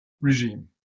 regime